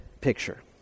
picture